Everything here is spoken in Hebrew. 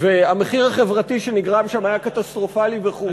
והמחיר החברתי שנגרם שם היה קטסטרופלי וחורבן מלא,